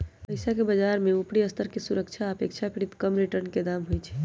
पइसाके बजार में उपरि स्तर के सुरक्षा आऽ अपेक्षाकृत कम रिटर्न के दाम होइ छइ